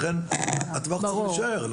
לכן הטווח יישאר.